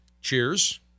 cheers